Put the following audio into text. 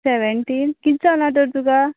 seventeen कितें जालां तर तुका